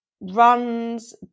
runs